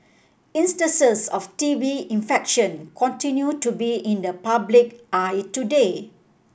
instances of T B infection continue to be in the public eye today